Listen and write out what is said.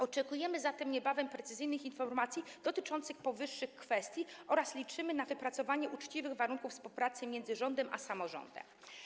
Oczekujemy zatem niebawem precyzyjnych informacji dotyczących powyższych kwestii oraz liczymy na wypracowanie uczciwych warunków współpracy między rządem a samorządem.